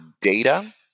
data